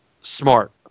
smart